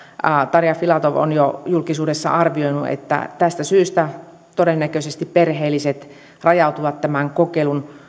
tarja filatov on jo julkisuudessa arvioinut että tästä syystä todennäköisesti perheelliset rajautuvat tämän kokeilun